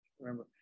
remember